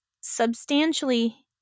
substantially